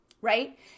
right